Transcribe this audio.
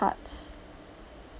tarts